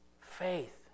faith